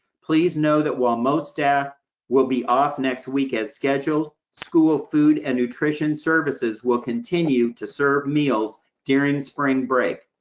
please know that while most staff will be off next week, as scheduled, school food and nutrition services will continue to serve meals during spring break.